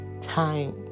time